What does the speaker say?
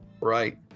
Right